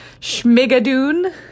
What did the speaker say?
Schmigadoon